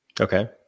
Okay